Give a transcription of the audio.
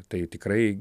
tai tikrai